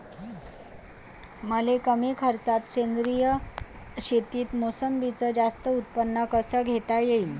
मले कमी खर्चात सेंद्रीय शेतीत मोसंबीचं जास्त उत्पन्न कस घेता येईन?